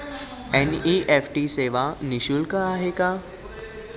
NEFT सेवा निःशुल्क आहे का?